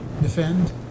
defend